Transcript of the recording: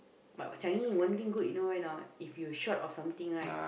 but in Changi one thing good you know why or not if you short of something right